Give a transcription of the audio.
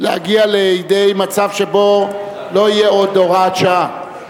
להגיע לידי מצב שבו לא תהיה עוד הוראת שעה.